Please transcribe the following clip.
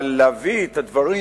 אבל להביא את הדברים